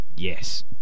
Yes